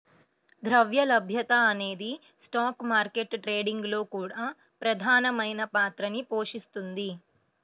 ద్రవ్య లభ్యత అనేది స్టాక్ మార్కెట్ ట్రేడింగ్ లో కూడా ప్రధానమైన పాత్రని పోషిస్తుంది